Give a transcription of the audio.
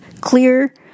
clear